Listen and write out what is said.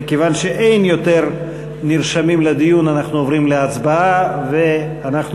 מכיוון שאין יותר נרשמים לדיון אנחנו עוברים להצבעה ואנחנו